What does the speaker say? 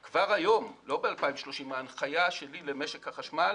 היום, לא ב-2030, ההנחיה שלי למשק החשמל